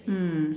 mm